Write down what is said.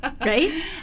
Right